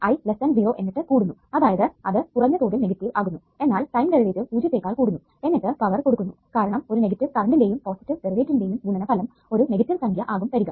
I 0 എന്നിട്ട് കൂടുന്നു അതായത് അത് കുറഞ്ഞ തോതിൽ നെഗറ്റീവ് ആകുന്നു എന്നാൽ ടൈം ഡെറിവേറ്റീവ് പൂജ്യത്തെക്കാൾ കൂടുന്നു എന്നിട്ട് പവർ കൊടുക്കുന്നു കാരണം ഒരു നെഗറ്റീവ് കറണ്ടിന്റെയും പോസിറ്റീവ് ഡെറിവേറ്റീവിന്റെയും ഗുണനഫലം ഒരു നെഗറ്റീവ് സംഖ്യ ആകും തരിക